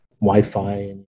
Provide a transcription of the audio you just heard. Wi-Fi